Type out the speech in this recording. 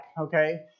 okay